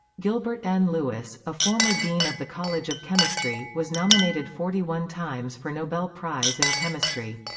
gilbert n. lewis, a former dean of the college of chemistry, was nominated forty one times for nobel prize in chemistry.